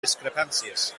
discrepàncies